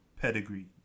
pedigree